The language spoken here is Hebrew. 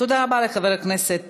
תודה רבה לחבר הכנסת